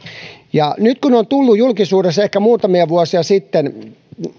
nyt kun on tullut julkisuudessa ehkä muutamia vuosia sitten